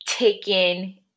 taken